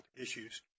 issues